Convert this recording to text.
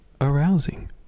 Arousing